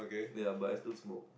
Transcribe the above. ya but I still smoke